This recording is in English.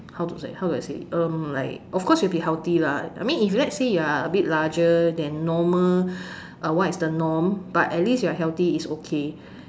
how to say how do I say um like of course you will be healthy lah I mean if let's say you are a bit larger than normal uh what is the norm but at least you are healthy is okay